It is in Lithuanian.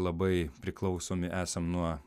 labai priklausomi esam nuo